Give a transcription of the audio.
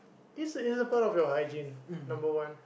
this is you know part of your hygiene number one